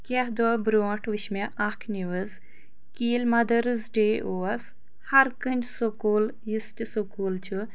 کیٚنٛہہ دۄہ برٛونٛٹھ وُچھ مےٚ اکھ نیؤز کہِ ییٚلہِ مَدٲرٕس ڈے اوس ہَر کُنہِ سکوٗل یُس تہِ سکوٗل چھُ